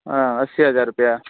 हँ अस्सी हजार रुपैआ